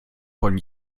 von